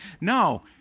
No